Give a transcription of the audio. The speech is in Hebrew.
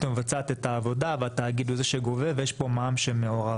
מבצעת את העבודה והתאגיד הוא זה שגובה ויש פה מע"מ שמעורב?